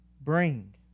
Bring